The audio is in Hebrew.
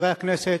חברי הכנסת,